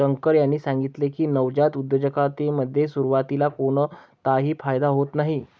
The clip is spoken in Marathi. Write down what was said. शंकर यांनी सांगितले की, नवजात उद्योजकतेमध्ये सुरुवातीला कोणताही फायदा होत नाही